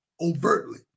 overtly